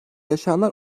yaşayanlar